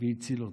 והציל אותו.